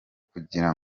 kugira